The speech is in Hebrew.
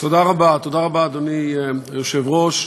אדוני היושב-ראש,